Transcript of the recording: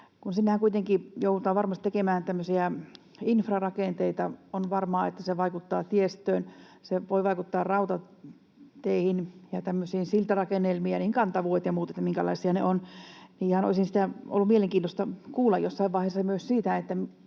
kuitenkin joudutaan varmasti tekemään infrarakenteita, on varmaa, että se vaikuttaa tiestöön, se voi vaikuttaa rautateihin ja siltarakennelmiin ja niiden kantavuuksiin ja muihin, minkälaisia ne ovat. Olisi ollut mielenkiintoista kuulla jossain vaiheessa myös siitä,